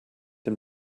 dem